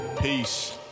Peace